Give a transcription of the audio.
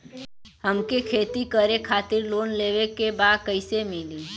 हमके खेती करे खातिर लोन लेवे के बा कइसे मिली?